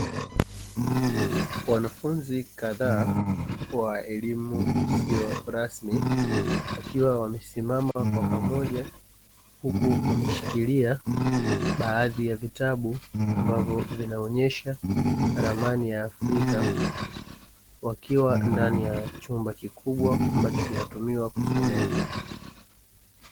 Wanafunzi kadhaa wa elimu isiyo rasmi wakiwa wamesimama kwa pamoja, huku wameshilikia baadhi ya vitabu ambavyo vinaonyesha ramani ya Afrika wakiwa ndani ya chumba kikubwa ambacho kinatumiwa kusomea.